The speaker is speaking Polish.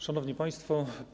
Szanowni Państwo!